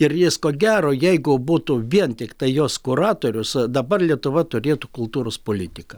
ir jis ko gero jeigu būtų vien tiktai jos kuratorius dabar lietuva turėtų kultūros politiką